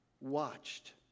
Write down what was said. watched